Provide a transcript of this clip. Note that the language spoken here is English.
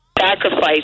sacrifice